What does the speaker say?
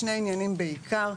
בשני עניינים בעיקר: